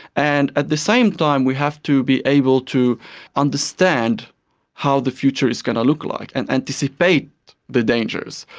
and at the same time we have to be able to understand how the future is going to look like and anticipate the dangers.